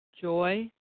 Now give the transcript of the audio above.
joy